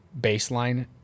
baseline